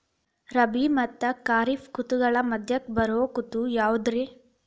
ರಾಬಿ ಮತ್ತ ಖಾರಿಫ್ ಋತುಗಳ ಮಧ್ಯಕ್ಕ ಬರೋ ಋತು ಯಾವುದ್ರೇ?